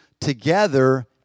together